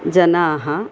जनाः